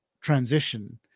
transition